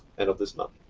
end of this month.